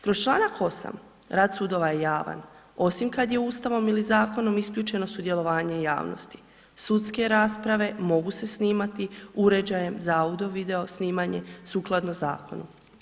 Kroz Članak 8. rad sudova je javan osim kad je Ustavom ili zakonom isključeno sudjelovanje javnosti, sudske rasprave mogu se snimati uređajem za audio-video snimanje sukladno zakonu.